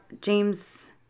James